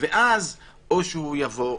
ואז או שהוא יבוא,